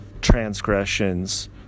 transgressions